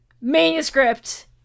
manuscript